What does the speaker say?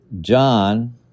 John